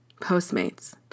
Postmates